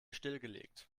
stillgelegt